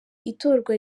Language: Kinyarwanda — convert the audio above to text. itorwa